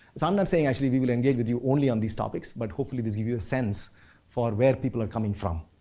i'm not saying actually we will engage with you only on these topics but hopefully this gives you a sense for where people are coming from.